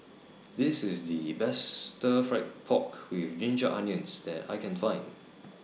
This IS The Best Stir Fry Pork with Ginger Onions that I Can Find